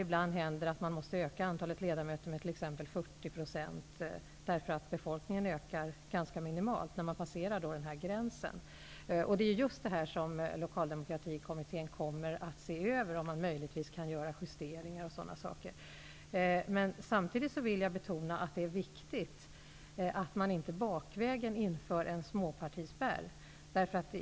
Ibland måste ju antalet ledamöter öka med t.ex. 40 %, därför att befolkningen ökar ganska minimalt när gränsen passeras. Det är just sådant som Lokaldemokratikommittén kommer att se över i syfte att undersöka om justeringar o.d. kan göras. Samtidigt vill jag betona att det är viktigt att det inte bakvägen införs en småpartispärr.